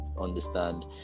understand